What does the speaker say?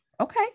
Okay